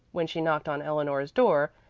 when she knocked on eleanor's door,